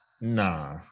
Nah